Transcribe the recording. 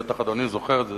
בטח אדוני זוכר את זה,